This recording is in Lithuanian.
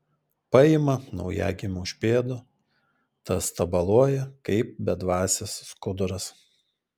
paima naujagimį už pėdų tas tabaluoja kaip bedvasis skuduras